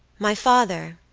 my father,